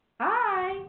Hi